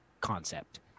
concept